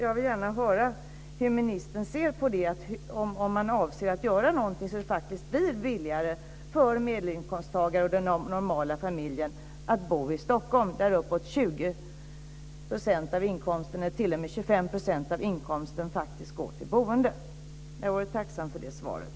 Jag vill gärna höra hur ministern ser på det och om han avser att göra någonting så att det faktiskt blir billigare för medelinkomsttagaren och den normala familjen att bo i Stockholm, där uppåt 20-25 % av inkomsten faktiskt går till boende. Jag vore tacksam för det svaret.